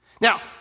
Now